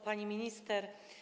Pani Minister!